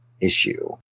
issue